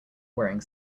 wearing